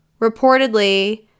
Reportedly